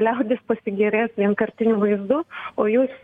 liaudis pasigėrės vienkartiniu vaizdu o jūs